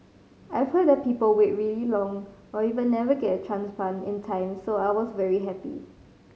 I've heard that people wait really long or even never get a transplant in time so I was very happy